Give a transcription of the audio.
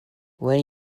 will